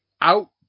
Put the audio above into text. out